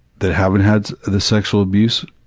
that haven't had the sexual abuse,